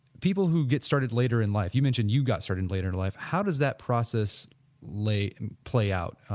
people who get started later in life you mentioned you got certain later in life, how does that process lay play out,